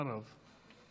אחריו.